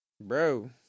bro